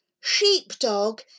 sheepdog